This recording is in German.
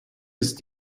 ist